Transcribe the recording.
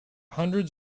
hundreds